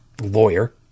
lawyer